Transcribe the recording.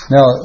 Now